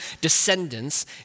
descendants